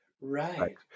Right